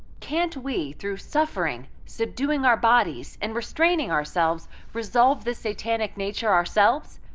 can't we through suffering subduing our bodies and restraining ourselves resolve this satanic nature ourselves?